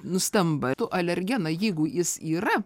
nustemba ir tu alergeną jeigu jis yra